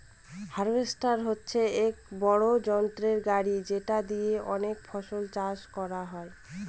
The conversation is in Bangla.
হার্ভেস্টর হচ্ছে এক বড়ো যন্ত্র গাড়ি যেটা দিয়ে অনেক ফসল চাষ করা যায়